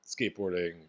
skateboarding